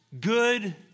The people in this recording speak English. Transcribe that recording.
good